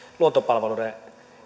luontopalveluiden